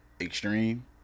extreme